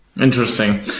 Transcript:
Interesting